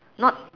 not